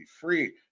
free